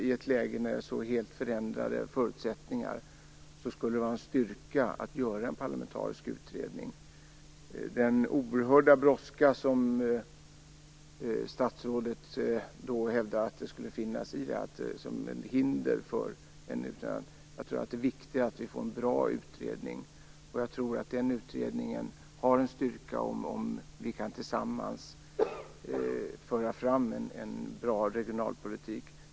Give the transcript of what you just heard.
I ett läge med helt förändrade förutsättningar skulle det vara en styrka med en parlamentarisk utredning. Statsrådet anför en oerhörd brådska som hinder för en utredning. Jag anser att det är viktigare att det blir en bra utredning. En sådan utredning har en styrka om vi tillsammans kan forma en bra regionalpolitik.